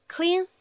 Clean